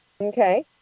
okay